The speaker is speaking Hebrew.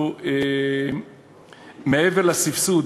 מעבר לסבסוד